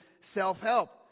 self-help